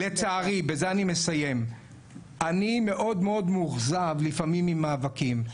אני מאוד מאוכזב לפעמים ממאבקים,